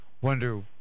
wonder